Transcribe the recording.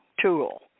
tool